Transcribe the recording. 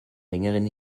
längeren